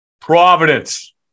Providence